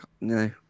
no